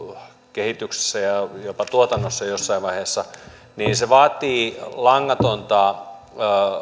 kehityksessä ja jopa tuotannossa jossain vaiheessa niin se vaatii langatonta